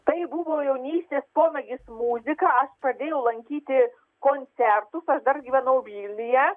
tai buvo jaunystės pomėgis muzika aš pradėjau lankyti koncertus dar gyvenau vilniuje